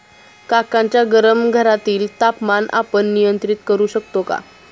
काकांच्या गरम घरातील तापमान आपण नियंत्रित करु शकतो का?